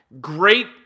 Great